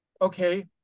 okay